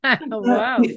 wow